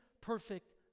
perfect